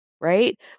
Right